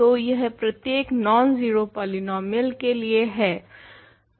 तो यह प्रत्येक नॉन जीरो पॉलीनोमियल के लिए है